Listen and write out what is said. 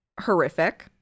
horrific